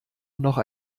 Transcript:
noch